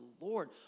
Lord